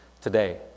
today